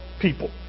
people